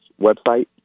website